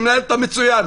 אני מנהל אותה מצוין,